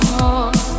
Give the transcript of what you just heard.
more